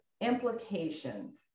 implications